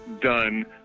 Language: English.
done